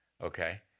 Okay